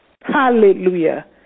Hallelujah